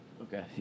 Okay